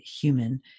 human